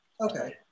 Okay